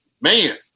man